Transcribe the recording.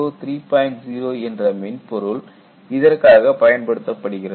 0 என்ற மென்பொருள் இதற்காக பயன்படுத்தப்படுகிறது